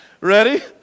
Ready